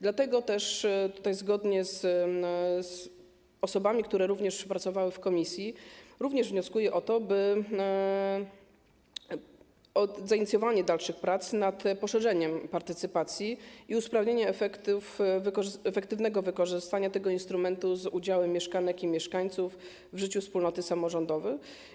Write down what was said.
Dlatego zgodnie z osobami, które również pracowały w komisji, wnioskuję o zainicjowanie dalszych prac nad poszerzeniem partycypacji i usprawnieniem efektywnego wykorzystania tego instrumentu z udziałem mieszkanek i mieszkańców w życiu wspólnoty samorządowej.